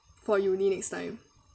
for uni next time